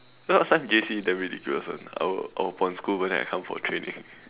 last time J_C damn ridiculous [one] I will I will pon school but then I come for training